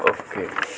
okay